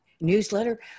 newsletter